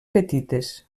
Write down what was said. petites